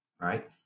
right